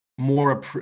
More